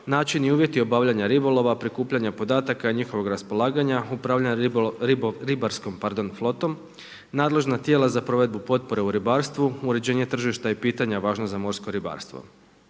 način i uvjeti obavljanja ribolova, prikupljanja podataka i njihovog raspolaganja upravljanja ribarskom flotom, nadležna tijela za provedbu potpore u ribarstvu, uređenje tržišta i pitanja važna za morsko ribarstvo.